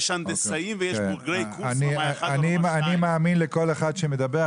יש הנדסאים ויש בוגרי קורס --- אני מאמין לכל אחד שמדבר.